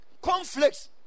conflicts